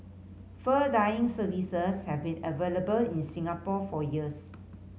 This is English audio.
fur dyeing services have been available in Singapore for years